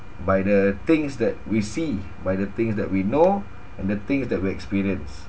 by the things that we see by the things that we know and the things that we experience